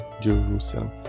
Jerusalem